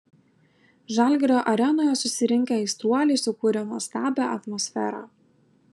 žalgirio arenoje susirinkę aistruoliai sukūrė nuostabią atmosferą